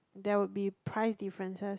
there would be price differences